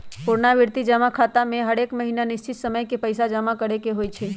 पुरनावृति जमा खता में हरेक महीन्ना निश्चित समय के पइसा जमा करेके होइ छै